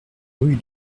rue